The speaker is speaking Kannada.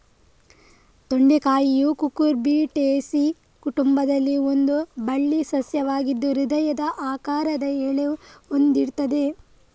ತೊಂಡೆಕಾಯಿಯು ಕುಕುರ್ಬಿಟೇಸಿ ಕುಟುಂಬದಲ್ಲಿ ಒಂದು ಬಳ್ಳಿ ಸಸ್ಯವಾಗಿದ್ದು ಹೃದಯದ ಆಕಾರದ ಎಲೆ ಹೊಂದಿರ್ತದೆ